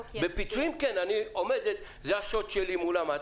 בפיצויים כן, זה השוט שלי מולם.